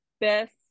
best